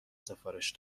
سفارش